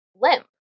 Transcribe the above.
limp